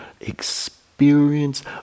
experience